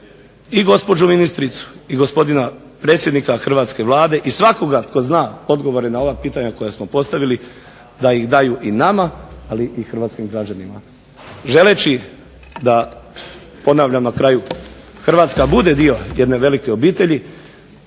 i gospođu ministricu i gospodina predsjednika hrvatske Vlade i svakoga tko zna odgovore na ova pitanja koja smo postavili da ih daju i nama ali i hrvatskim građanima. Želeći da ponavljam na kraju, Hrvatska bude dio jedne velike obitelji